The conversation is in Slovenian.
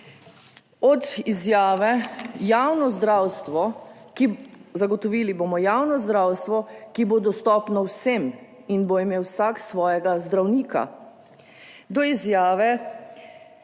Vlade javno zdravstvo, ki bo dostopno vsem in bo imel vsak svojega zdravnika. Danes